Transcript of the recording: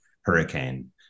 hurricane